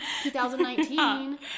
2019